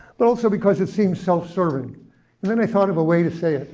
but also because it seemed self-serving. and then i thought of a way to say it,